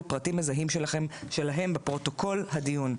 פרטים מזהים שלהם בפרוטוקול הדיון.